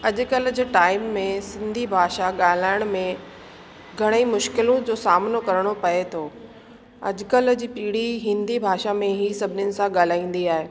अॼुकल्ह जे टाइम में सिंधी भाषा ॻाल्हाइण में घणे ई मुश्किलूं जो सामिनो करिणो पए थो अॼुकल्ह जी पीढ़ी हिंदी भाषा में ई सभिनीनि सां ॻाल्हाईंदी आहे